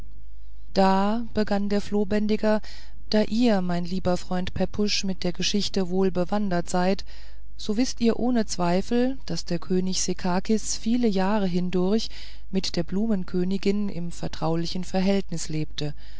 da begann der flohbändiger da ihr mein lieber freund pepusch in der geschichte wohl bewandert seid so wißt ihr ohne zweifel daß der könig sekakis viele jahre hindurch mit der blumenkönigin im vertraulichen verhältnis lebte